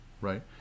right